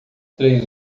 três